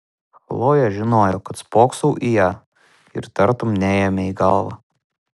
chlojė žinojo kad spoksau į ją ir tartum neėmė į galvą